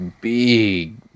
big